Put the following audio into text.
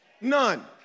None